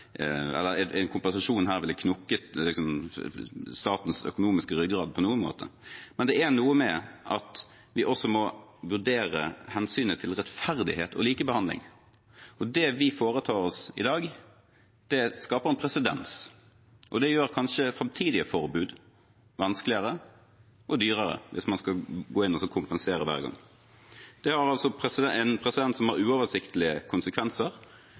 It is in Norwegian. en kompensasjon her ville knekt statens økonomiske ryggrad på noen måte, men det er noe med at vi også må vurdere hensynet til rettferdighet og likebehandling. Det vi foretar oss i dag, skaper presedens, og det gjør kanskje framtidige forbud vanskeligere og dyrere hvis man hver gang skal gå inn og kompensere. Det er altså en presedens som har uoversiktlige konsekvenser.